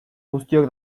guztiok